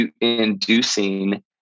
inducing